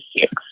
six